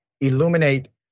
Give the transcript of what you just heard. illuminate